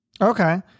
Okay